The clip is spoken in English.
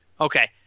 Okay